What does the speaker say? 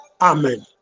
Amen